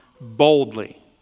boldly